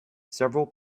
several